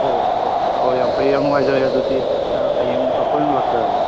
okay okay ꯑꯣ ꯌꯥꯝ ꯐꯩ ꯌꯥꯝ ꯅꯨꯡꯉꯥꯏꯖꯔꯦ ꯑꯗꯨꯗꯤ ꯍꯌꯦꯡ ꯑꯩꯈꯣꯏꯅ ꯂꯥꯛꯆꯔꯒꯦ